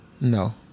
No